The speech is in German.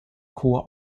chor